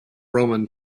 roman